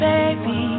Baby